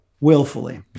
willfully